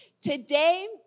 Today